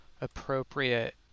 appropriate